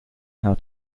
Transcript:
how